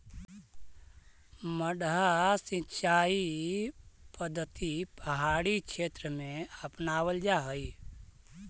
मड्डा सिंचाई पद्धति पहाड़ी क्षेत्र में अपनावल जा हइ